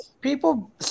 people